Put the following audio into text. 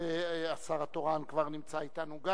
גם השר התורן כבר נמצא אתנו.